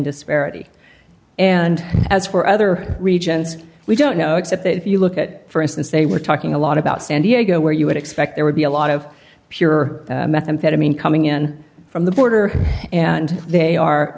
disparity and as for other regions we don't know except that if you look at for instance they were talking a lot about san diego where you would expect there would be a lot of pure methamphetamine coming in from the border and they are